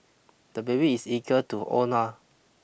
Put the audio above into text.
the baby is eager to own a